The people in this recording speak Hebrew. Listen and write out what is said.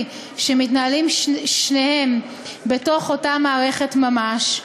שמתנהלים שניהם בתוך אותה מערכת ממש,